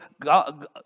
God